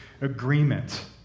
agreement